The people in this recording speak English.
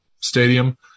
Stadium